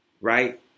right